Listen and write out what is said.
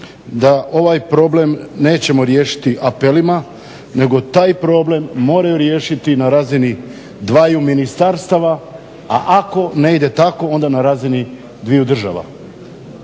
da ovaj problem nećemo riješiti apelima nego taj problem moraju riješiti na razini dvaju ministarstava, a ako ne ide tako onda na razini dviju država.